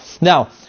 now